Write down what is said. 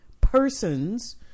persons